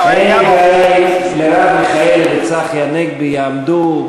אם מרב מיכאלי או צחי הנגבי יעמדו,